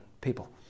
people